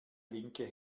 linke